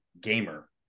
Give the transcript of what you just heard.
gamer